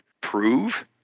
prove